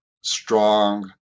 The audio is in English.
strong